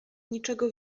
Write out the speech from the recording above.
niczego